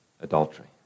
adultery